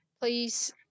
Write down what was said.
Please